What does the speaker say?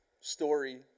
story